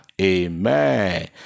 Amen